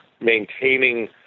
maintaining